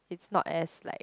it's not as like